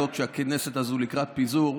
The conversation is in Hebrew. לא כשהכנסת הזו לקראת פיזור,